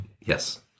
Yes